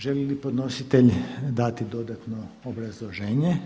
Želi li podnositelj dati dodatno obrazloženje?